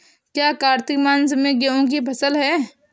क्या कार्तिक मास में गेहु की फ़सल है?